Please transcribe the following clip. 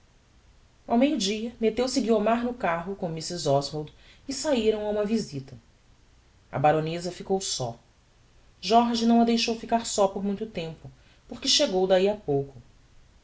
ao meio-dia metteu-se guiomar no carro com mrs oswald e sairam a uma visita a baroneza ficou só jorge não a deixou ficar só por muito tempo porque chegou dahi a pouco